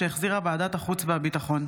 שהחזירה ועדת החוץ והביטחון.